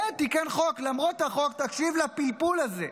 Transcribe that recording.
כן, תיקן חוק, למרות החוק תקשיב לפלפול הזה: